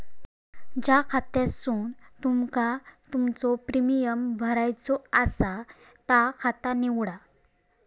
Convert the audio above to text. ज्या खात्यासून तुमका तुमचो प्रीमियम भरायचो आसा ता खाता निवडा